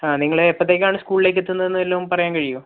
ആ നിങ്ങള് എപ്പത്തേക്കാണ് സ്കൂളിലേക്കെത്തുന്നതെന്നു വല്ലതും പറയാൻ കഴിയുവോ